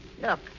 Look